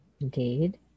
Indeed